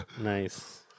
Nice